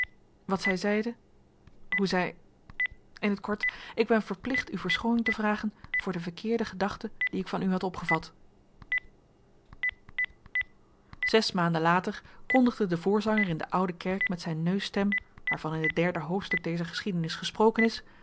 wat zij zeide hoe zij in t kort ik ben verplicht u verschooning te vragen voor de verkeerde gedachten die ik van u had opgevat zes maanden later kondigde de voorzanger in de oude kerk met zijn neusstem waarvan in het derde hoofdstuk